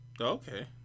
Okay